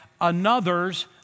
another's